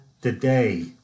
today